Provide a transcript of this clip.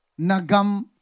Nagam